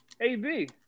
AB